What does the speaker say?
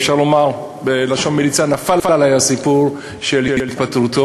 אפשר לומר בלשון מליצה נפל עלי הסיפור של התפטרותו,